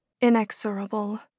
inexorable